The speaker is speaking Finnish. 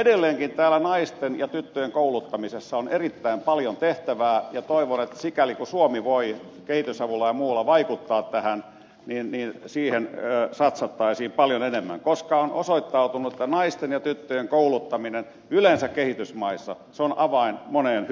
edelleenkin täällä naisten ja tyttöjen kouluttamisessa on erittäin paljon tehtävää ja toivon että sikäli kuin suomi voi kehitysavullaan ja muulla vaikuttaa tähän niin siihen satsattaisiin paljon enemmän koska on osoittautunut että naisten ja tyttöjen kouluttaminen yleensä kehitysmaissa on avain moneen